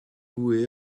mwy